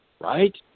right